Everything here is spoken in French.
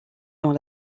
dans